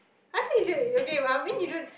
I thought you gave I mean you don't